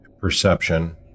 perception